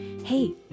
Hey